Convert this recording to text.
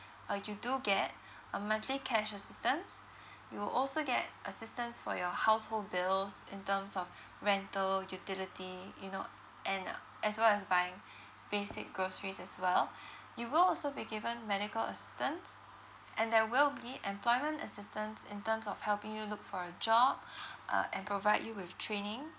uh you do get a monthly cash assistance you will also get assistance for your household bills in terms of rental utility you know and uh as well as buying basic groceries as well you will also be given medical assistance and there will be employment assistance in terms of helping you look for a job uh and provide you with training